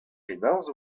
penaos